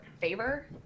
favor